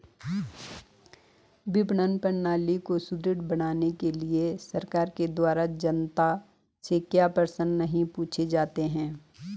विपणन प्रणाली को सुदृढ़ बनाने के लिए सरकार के द्वारा जनता से क्यों प्रश्न नहीं पूछे जाते हैं?